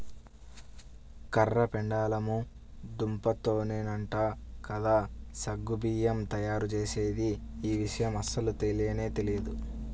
కర్ర పెండలము దుంపతోనేనంట కదా సగ్గు బియ్యం తయ్యారుజేసేది, యీ విషయం అస్సలు తెలియనే తెలియదు